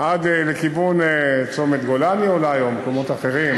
עד לכיוון צומת גולני אולי ומקומות אחרים: